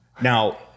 Now